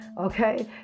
okay